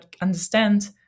understand